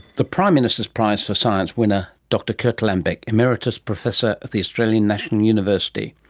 the prime minister's prize for science winner dr kurt lambeck, emeritus professor at the australian national university.